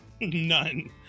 None